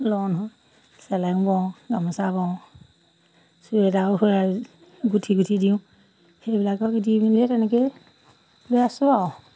লওঁ নহয় চেলেং বওঁ গামোচা বওঁ চুৱেটাৰো সেয়া গুঠি গুঠি দিওঁ সেইবিলাকক দি মেলিয়ে তেনেকৈ লৈ আছোঁ আৰু